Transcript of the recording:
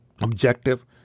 objective